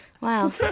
Wow